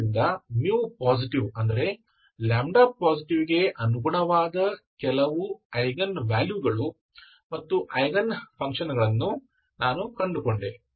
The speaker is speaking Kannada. ಆದುದರಿಂದ μ ಪಾಸಿಟಿವ್ ಅಂದರೆ λ ಪಾಸಿಟಿವ್ಗೆ ಅನುಗುಣವಾದ ಕೆಲವು ಐಗನ್ ವ್ಯಾಲ್ಯೂಗಳು ಮತ್ತು ಐಗನ್ ಫಂಕ್ಷನ್ ಗಳನ್ನು ನಾನು ಕಂಡುಕೊಂಡೆ